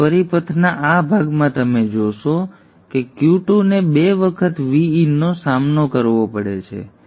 તેથી પરિપથના આ ભાગમાં તમે જોશો કે Q2 ને 2 વખત Vin નો સામનો કરવો પડે છે